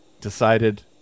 Decided